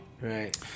Right